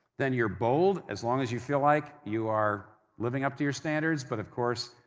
then you're bold as long as you feel like you are living up to your standards, but of course,